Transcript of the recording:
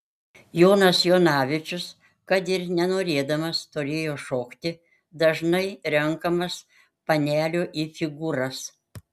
ponas jonavičius kad ir nenorėdamas turėjo šokti dažnai renkamas panelių į figūras